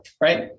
right